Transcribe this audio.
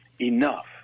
enough